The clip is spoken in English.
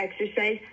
exercise